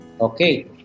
okay